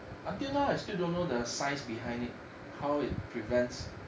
until now I still don't know the science behind it how it prevents